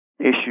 issue